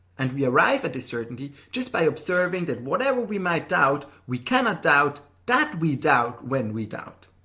and we arrive at this certainty just by observing that whatever we might doubt, we cannot doubt that we doubt when we doubt.